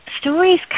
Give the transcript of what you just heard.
Stories